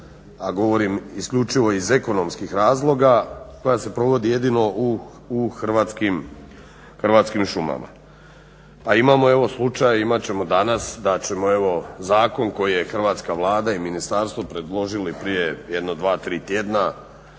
a govorim isključivo iz ekonomskih razloga koja se provodi jedino u Hrvatskim šumama. Pa imamo evo slučaj, imat ćemo danas da ćemo zakon koji je hrvatska Vlada i ministarstvo predložili pred jedno dva, tri tjedna